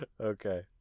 okay